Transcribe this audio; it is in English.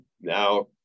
Now